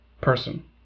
person